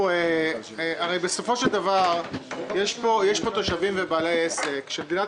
--- הרי בסופו של דבר יש פה תושבים ובעלי עסקים שמדינת